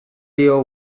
dio